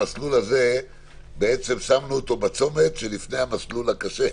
שמנו את המסלול הזה בצומת שלפני המסלול הקשה.